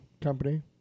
company